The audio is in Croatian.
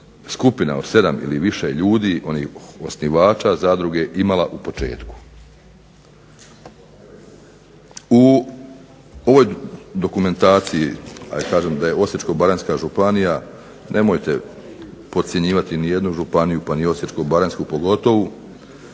skupina od 7 ili više ljudi, onih osnivača zadruge imala u početku. U ovoj dokumentaciji kažem da je Osječko-baranjska županija, nemojte podcjenjivati nijednu županiju pa ni Osječko-baranjsku pogotovo,